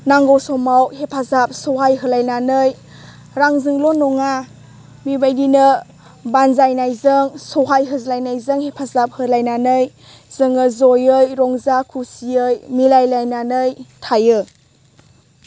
नांगौ समाव हेफाजाब सहाय होलायनानै रांजोंल' नङा बेबायदिनो बानजायनायजों सहाय होलायनायजों हेफाजाब होलायनानै जोङो ज'यै रंजा खुसियै मिलाय लायनानै थायो